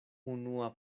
unua